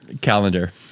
calendar